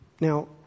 Now